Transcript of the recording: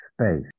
space